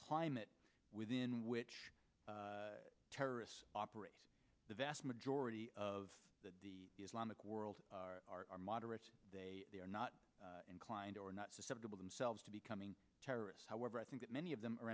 climate within which terrorists operate the vast majority of the islamic world are moderate they are not inclined or not susceptible themselves to becoming terrorists however i think that many of them are